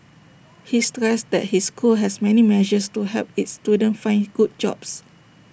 he stressed that his school has many measures to help its students find good jobs